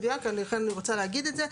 לכן אני רוצה להגיד את זה.